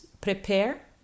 prepare